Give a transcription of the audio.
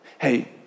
Hey